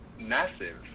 massive